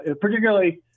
particularly